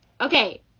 okay